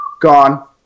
Gone